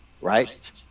right